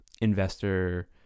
investor